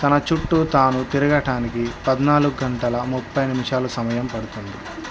తన చుట్టు తాను తిరగటానికి పద్నాలుగు గంటల ముప్పై నిమిషాలు సమయం పడుతుంది